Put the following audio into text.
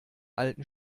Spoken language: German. alten